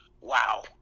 wow